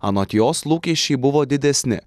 anot jos lūkesčiai buvo didesni